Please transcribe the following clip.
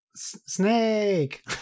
snake